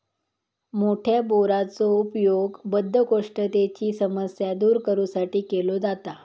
मोठ्या बोराचो उपयोग बद्धकोष्ठतेची समस्या दूर करू साठी केलो जाता